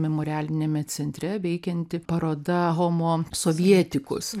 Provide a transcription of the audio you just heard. memorialiniame centre veikianti paroda homo sovietikus